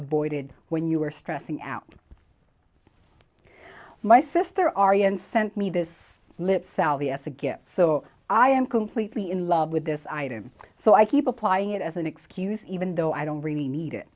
avoided when you were stressing out my sister ari and sent me this list sally as a gift so i am completely in love with this item so i keep applying it as an excuse even though i don't really need it